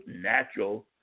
natural